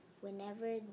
whenever